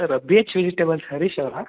sir beach vegetables Harish ಅವರಾ